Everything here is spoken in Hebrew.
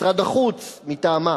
משרד החוץ מטעמה,